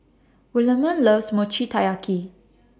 Williemae loves Mochi Taiyaki